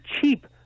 cheap